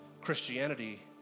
Christianity